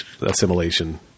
assimilation